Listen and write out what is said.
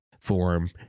form